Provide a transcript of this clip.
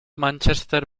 manchester